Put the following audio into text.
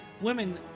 Women